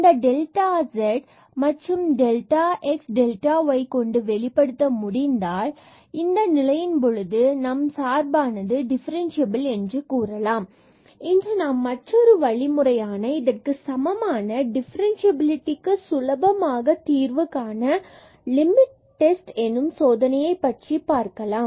இந்த டெல்டாவை z நாம் டெல்டாx டெல்டாy கொண்டு வெளிப்படுத்த முடிந்தால் இந்த நிலையின் பொழுதும் நாம் இந்த சார்பானது டிஃபரண்ட்சியபில் என்று கூறலாம் இன்று நாம் மற்றொரு வழிமுறையான இதற்குச் சமமான டிஃபரன்ஸ்சியபிலிடிக்கு சுலபமாக தீர்வுகாண லிமிட் டெஸ்ட் எனும் சோதனையை பற்றி பார்க்க பார்க்கலாம்